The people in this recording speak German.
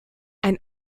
ein